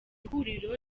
huriro